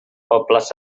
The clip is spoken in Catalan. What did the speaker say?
pobles